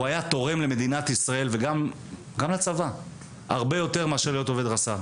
הוא היה תורם למדינת ישראל הרבה יותר מאשר להיות עובד רס"ר